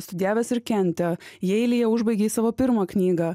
studijavęs ir kente jeilyje užbaigei savo pirmą knygą